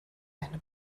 eine